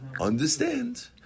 Understand